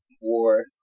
war